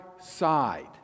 side